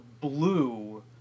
blue